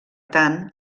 tant